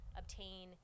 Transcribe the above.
obtain